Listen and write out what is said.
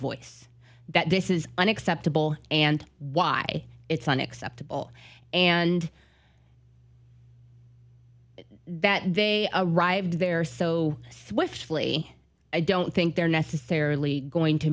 voice that this is unacceptable and why it's unacceptable and that they are arrived there so swiftly i don't think they're necessarily going to